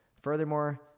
Furthermore